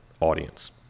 audience